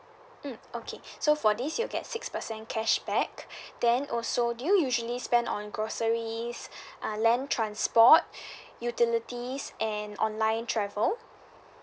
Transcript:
mm okay so for this you'll get six percent cashback then also do you usually spend on groceries uh land transport utilities and online travel